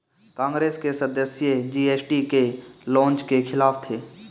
कांग्रेस के सदस्य जी.एस.टी के लॉन्च के खिलाफ थे